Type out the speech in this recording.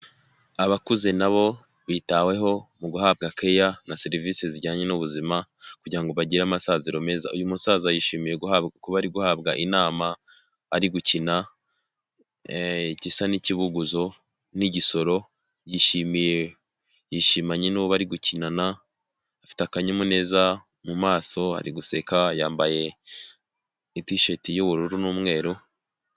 Abakuze nabo bitaweho mu guhabwa care na serivisi zijyanye n'ubuzima kugira bagire amasaziro meza, uyu musaza yishimiye guhabwa kuba ari guhabwa inama ari gukina igisa n'ikibuguzo n'igisoro yishimiye, yishimanye n'uwo bari gukinana afite akanyamuneza mu maso ari guseka yambaye itshirt y'ubururu n'umweru.